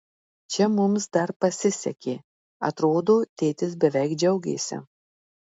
čia mums dar pasisekė atrodo tėtis beveik džiaugėsi